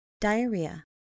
Diarrhea